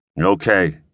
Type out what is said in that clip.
Okay